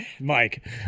Mike